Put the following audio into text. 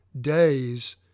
days